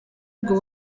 ubwo